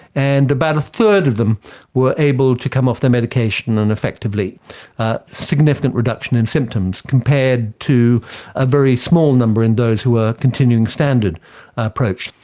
and about a third of them were able to come off their medication and effectively a significant reduction in symptoms, compared to a very small number in those who were continuing a standard approach.